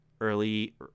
early